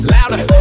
Louder